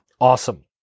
awesome